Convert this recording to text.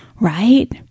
right